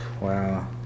wow